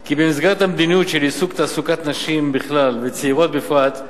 כי במסגרת המדיניות של עידוד תעסוקת נשים בכלל וצעירות בפרט,